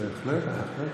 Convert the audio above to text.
בהחלט, בהחלט.